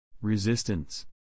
Resistance